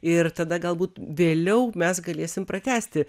ir tada galbūt vėliau mes galėsim pratęsti